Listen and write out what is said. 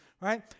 right